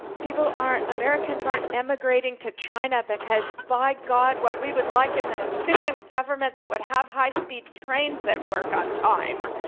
people aren't americans aren't emigrating to china, because, by god, what we would like is an efficient government that would have high-speed trains that work on time.